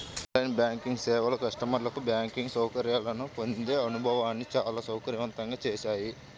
on line banking సేవలు కస్టమర్లకు banking సౌకర్యాలను పొందే అనుభవాన్ని చాలా సౌకర్యవంతంగా చేశాయి